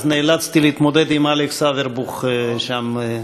אז נאלצתי להתמודד עם אלכס אברבוך שם.